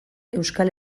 euskal